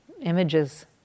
images